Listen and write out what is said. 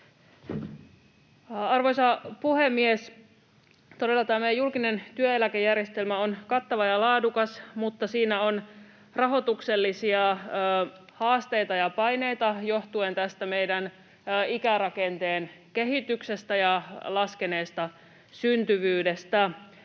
Arvoisa puhemies! Todella meidän julkinen työeläkejärjestelmä on kattava ja laadukas, mutta siinä on rahoituksellisia haasteita ja paineita johtuen meidän ikärakenteen kehityksestä ja laskeneesta syntyvyydestä.